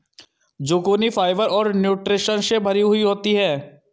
zucchini fibre और nutritions से भरी हुई होती है